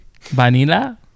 Vanilla